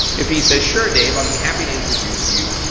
if he says, sure dave i'll be happy to introduce you,